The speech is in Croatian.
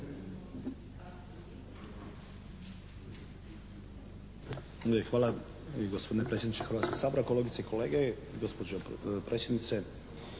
Hvala gospodine predsjedniče Hrvatskog sabora. Kolegice i kolege, gospođo predsjednice.